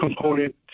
component